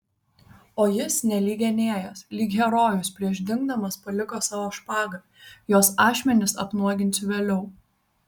o jis nelyg enėjas lyg herojus prieš dingdamas paliko savo špagą jos ašmenis apnuoginsiu vėliau